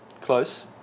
Close